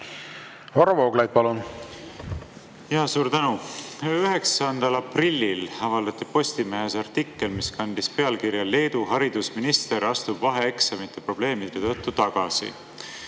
siin kommenteerida. Jaa, suur tänu! 9. aprillil avaldati Postimehes artikkel, mis kandis pealkirja "Leedu haridusminister astub vaheeksamite probleemide tõttu tagasi".